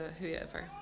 whoever